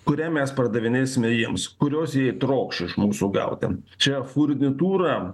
kurią mes pardavinėsime jiems kurios jie trokš iš mūsų gauti čia furnitūra